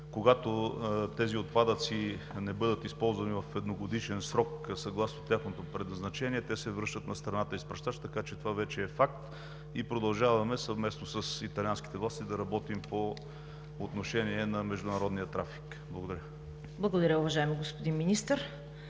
когато тези отпадъци не бъдат използвани в едногодишен срок и съгласно тяхното предназначение, те се връщат на страната изпращач – това вече е факт, и продължаваме съвместно с италианските власти да работим по отношение на международния трафик. Благодаря. ПРЕДСЕДАТЕЛ ЦВЕТА КАРАЯНЧЕВА: Благодаря, уважаеми господин Министър.